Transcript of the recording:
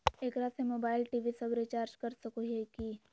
एकरा से mobile TV सब रिचार्ज कर सको हियै की?